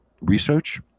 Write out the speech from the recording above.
research